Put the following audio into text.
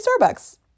starbucks